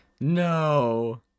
No